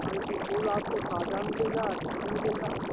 हाँ एक एक फूल आपको ताज़ा मिलेगा अच्छा मिलेगा